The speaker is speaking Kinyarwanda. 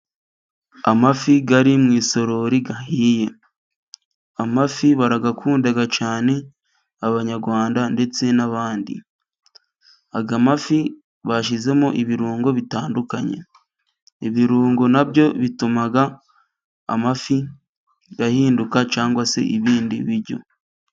Amafi ari mu isorori, ahiye. Amafi barayakunda cyane, banyarwanda ndetse n'abandi . Aya mafi bashyizemo ibirungo bitandukanye. Ibirungo na byo bituma amafi ahinduka cyangwa se ibindi ibiryo.